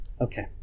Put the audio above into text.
Okay